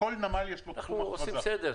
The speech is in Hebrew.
אנחנו עושים סדר.